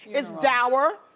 it's dour.